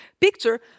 picture